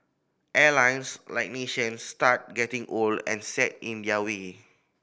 airlines like nations start getting old and set in their way